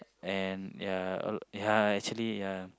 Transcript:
and ya uh ya actually ya